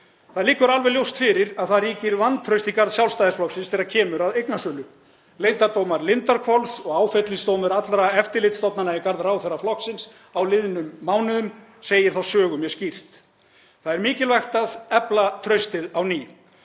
Það liggur alveg ljóst fyrir að það ríkir vantraust í garð Sjálfstæðisflokksins þegar kemur að eignasölu. Leyndardómar Lindarhvols og áfellisdómur allra eftirlitsstofnana í garð ráðherra flokksins á liðnum mánuðum segir þá sögu mjög skýrt. Það er mikilvægt að efla traustið á ný